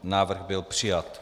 Návrh byl přijat.